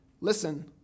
Listen